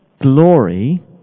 glory